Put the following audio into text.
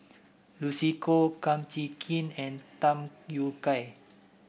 Lucy Koh Kum Chee Kin and Tham Yui Kai